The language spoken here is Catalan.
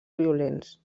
violents